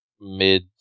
mid